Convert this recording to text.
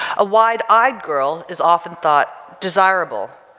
a wide-eyed ah girl is often thought desirable,